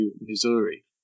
Missouri